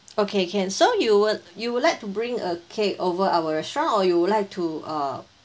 okay can so you would you would like to bring a cake over our restaurant or you would like to uh